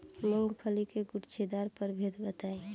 मूँगफली के गूछेदार प्रभेद बताई?